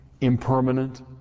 impermanent